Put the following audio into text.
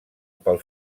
pel